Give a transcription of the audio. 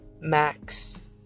Max